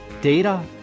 data